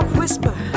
whisper